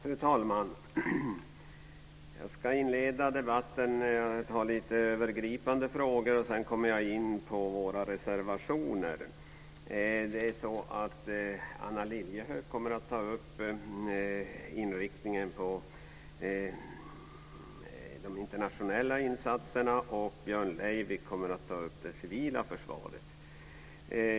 Fru talman! Jag ska inleda debatten med att ta upp några övergripande frågor. Sedan kommer jag in på våra reservationer. Anna Lilliehöök kommer att ta upp inriktningen på de internationella insatserna, och Björn Leivik kommer att ta upp det civila försvaret.